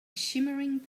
shimmering